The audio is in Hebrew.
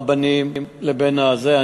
הרבנים, לבין זה.